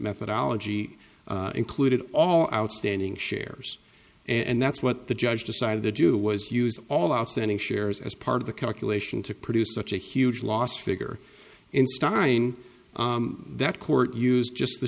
methodology included all outstanding shares and that's what the judge decided to do was use all outstanding shares as part of the calculation to produce such a huge lost figure in stein that court used just the